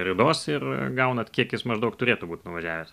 ridos ir gaunat kiek jis maždaug turėtų būti nuvažiavęs